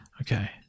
okay